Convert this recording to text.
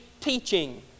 teaching